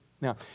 Now